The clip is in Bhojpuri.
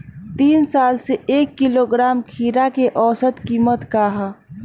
तीन साल से एक किलोग्राम खीरा के औसत किमत का ह?